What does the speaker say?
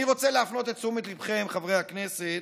ואני רוצה להפנות את תשומת ליבכם, חברי הכנסת,